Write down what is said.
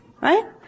Right